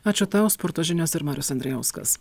ačiū tau sporto žinios ir marius andrijauskas